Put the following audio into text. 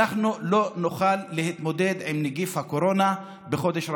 אנחנו לא נוכל להתמודד עם נגיף הקורונה בחודש הרמדאן.